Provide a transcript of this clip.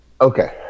Okay